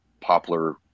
poplar